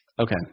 Okay